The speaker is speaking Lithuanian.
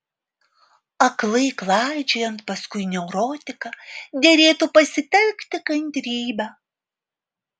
aklai klaidžiojant paskui neurotiką derėtų pasitelkti kantrybę